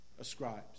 Ascribes